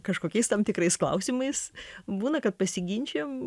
kažkokiais tam tikrais klausimais būna kad pasiginčijam